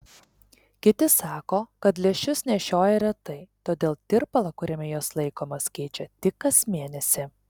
kiti sako kad lęšius nešioja retai todėl tirpalą kuriame jos laikomos keičia tik kas mėnesį